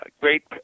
great